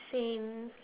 same